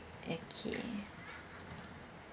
okay